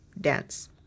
dance